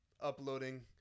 uploading